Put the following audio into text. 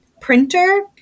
printer